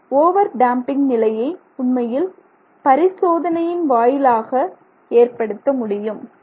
இந்த over damping நிலையை உண்மையில் பரிசோதனையின் வாயிலாக ஏற்படுத்த முடியும்